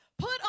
Put